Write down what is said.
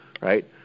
right